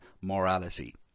morality